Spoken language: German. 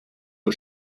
nur